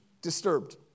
disturbed